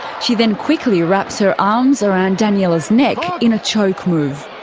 she then quickly wraps her arms around daniella's neck in a choke move.